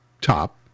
top